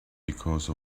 because